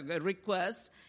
request